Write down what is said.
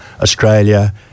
Australia